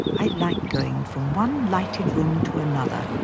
i like going from one lighted room to another.